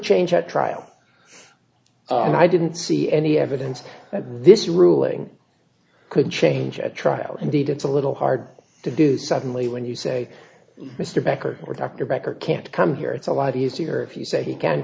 change at trial and i didn't see any evidence that this ruling could change at trial indeed it's a little hard to do suddenly when you say mr becker or dr becker can't come here it's a lot easier if you say he can